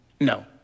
No